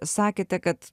sakėte kad